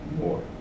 more